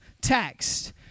text